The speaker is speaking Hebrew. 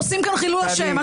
עושים כאן חילול השם.